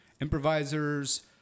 improvisers